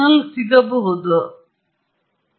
input sinusoidal ಆಗಿರುವ ಪ್ರಯೋಗವನ್ನು ನಾನು ಮಾಡುತ್ತೇನೆ